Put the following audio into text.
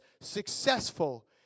successful